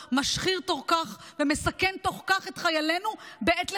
משחירה תוך כך ומסכנת תוך כך את חיילינו בעת לחימה.